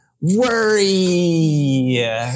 worry